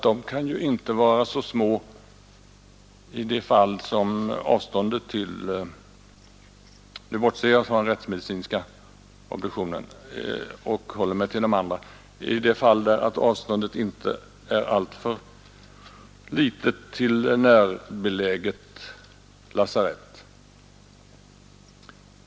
De kan inte vara så små i de fall — nu bortser jag från rättsmedicinska obduktioner och håller mig till de andra — där avståndet inte är alltför litet till ett närbeläget lasarett.